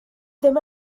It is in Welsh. ddim